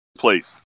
Please